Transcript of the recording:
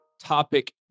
topic